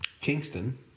Kingston